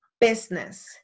business